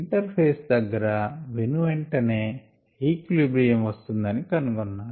inter face దగ్గర వెనువెంటనే equilibrium వస్తుందని కనుగొన్నారు